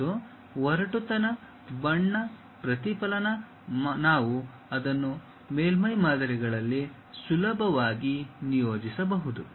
ಮತ್ತು ಒರಟುತನ ಬಣ್ಣ ಪ್ರತಿಫಲನ ನಾವು ಅದನ್ನು ಮೇಲ್ಮೈ ಮಾದರಿಗಳಲ್ಲಿ ಸುಲಭವಾಗಿ ನಿಯೋಜಿಸಬಹುದು